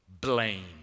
Blame